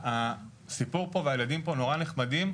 הסיפור פה והילדים פה נורא נחמדים,